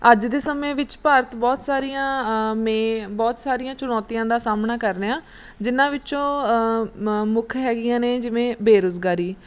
ਅੱਜ ਦੇ ਸਮੇਂ ਵਿੱਚ ਭਾਰਤ ਬਹੁਤ ਸਾਰੀਆਂ ਮੇ ਬਹੁਤ ਸਾਰੀਆਂ ਚੁਣੌਤੀਆਂ ਦਾ ਸਾਹਮਣਾ ਕਰ ਰਿਹਾ ਜਿਹਨਾਂ ਵਿੱਚੋਂ ਮ ਮੁੱਖ ਹੈਗੀਆਂ ਨੇ ਜਿਵੇਂ ਬੇਰੁਜ਼ਗਾਰੀ